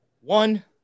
one